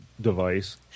device